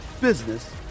business